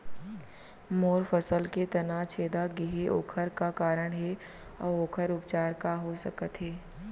मोर फसल के तना छेदा गेहे ओखर का कारण हे अऊ ओखर उपचार का हो सकत हे?